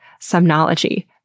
somnology